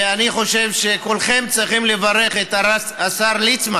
ואני חושב שכולכם צריכים לברך את השר ליצמן